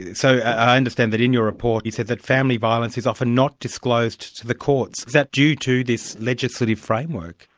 so i understand that in your report you said that family violence is often not disclosed to the courts. is that due to this legislative framework?